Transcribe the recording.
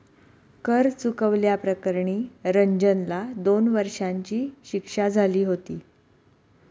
कर चुकवल्या प्रकरणी रंजनला दोन वर्षांची शिक्षा झाली होती